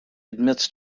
admits